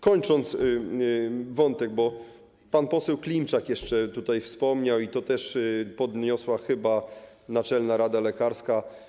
Kończąc wątek, pan poseł Klimczak jeszcze tutaj wspomniał i chyba podniosła to też Naczelna Rada Lekarska.